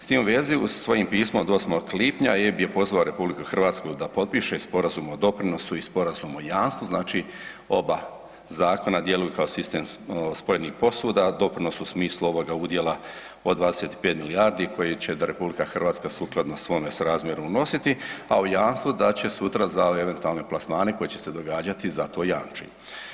S tim u vezi, svojim pismom od 8. lipnja EIB je pozvao RH da potpiše sporazum o doprinosu i sporazum o jamstvu, znači zakona djeluju kao sistem spojenih posuda, doprinos u smislu ovoga udjela od 25 milijardi koje će RH sukladno svome srazmjeru unositi, a o jamstvu da će sutra za ove eventualne plasmane koji će se događati za to jamči.